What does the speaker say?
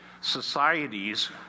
societies